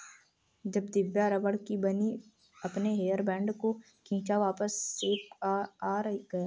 जब दिव्या रबड़ की बनी अपने हेयर बैंड को खींचा वापस शेप में आ गया